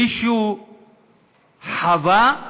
מישהו חווה?